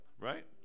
right